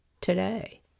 today